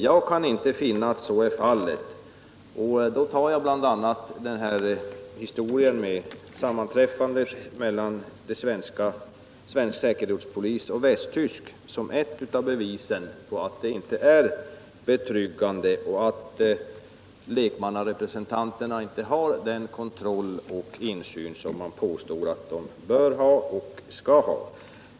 Jag kan inte finna att så är fallet, och då tar jag bl.a. sammanträffandet mellan svensk och västtysk säkerhetspolis som ett av bevisen på att insynen inte är betryggande och att lekmannarepresentanterna inte har den kontroll och den insyn som man påstår att de bör ha och skall ha.